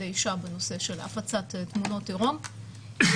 האישה בנושא של הפצת תמונות עירום בטלגרם,